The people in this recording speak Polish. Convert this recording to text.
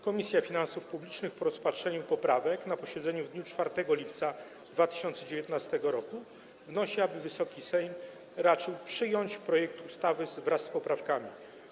Komisja Finansów Publicznych po rozpatrzeniu poprawek na posiedzeniu w dniu 4 lipca 2019 r. wnosi, aby Wysoki Sejm raczył przyjąć projekt ustawy wraz z poprawkami.